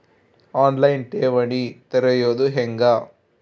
On line ಠೇವಣಿ ತೆರೆಯೋದು ಹೆಂಗ?